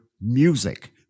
music